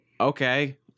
okay